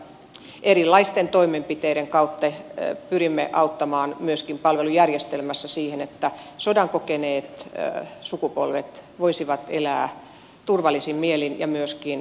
erilaisten toimenpiteiden kautta pyrimme auttamaan myöskin palvelujärjestelmässä siinä että sodan kokeneet sukupolvet voisivat elää turvallisin mielin ja myöskin hyvinvoivina